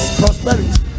prosperity